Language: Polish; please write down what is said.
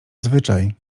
zwyczaj